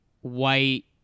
white